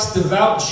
devout